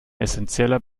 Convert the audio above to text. essenzieller